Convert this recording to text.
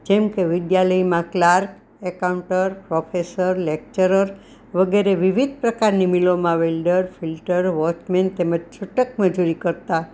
જેમ કે વિદ્યાલયમાં ક્લાર્ક એકાઉન્ટર પ્રોફેસર લેક્ચરર વગેરે વિવિધ પ્રકારની મિલોમાં વેલ્ડર ફિલટર વોસમેન અને છૂટક મજૂરી કરતા